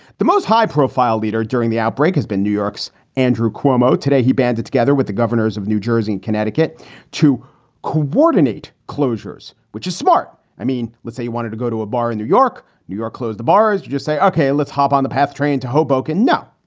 the most high profile leader during the outbreak has been new york's andrew cuomo. today, he banded together with the governors of new jersey and connecticut to coordinate closures, which is smart. i mean, let's say. wanted to go to a bar in new york, new york, closed the bars. you just say, ok, let's hop on the path train to hoboken. no,